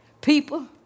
people